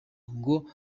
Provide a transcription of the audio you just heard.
ngo